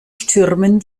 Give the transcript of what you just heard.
stürmen